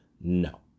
No